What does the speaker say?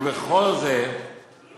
אין